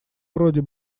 вроде